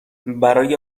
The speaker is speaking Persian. برای